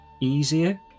easier